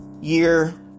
year